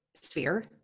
sphere